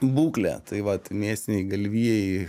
būklę tai vat mėsiniai galvijai